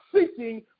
Seeking